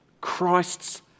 Christ's